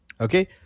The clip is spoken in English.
Okay